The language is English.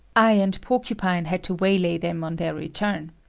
i and porcupine had to waylay them on their return.